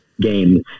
games